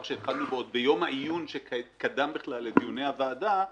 שהתחלנו בו עוד ביום העיון שקדם לדיוני הוועדה,